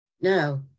Now